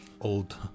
Old